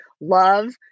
love